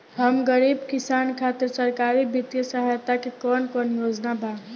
हम गरीब किसान खातिर सरकारी बितिय सहायता के कवन कवन योजना बा?